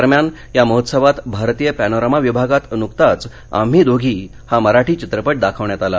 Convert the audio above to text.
दरम्यान या महोत्सवात भारतीय पप्तीरमा विभागात नुकताच आम्ही दोघी हा मराठी चित्रपट दाखवण्यात आला